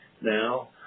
now